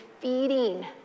feeding